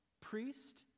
priest